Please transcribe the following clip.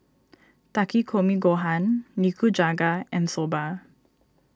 Takikomi Gohan Nikujaga and Soba